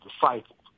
disciples